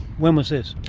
when was this?